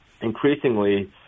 increasingly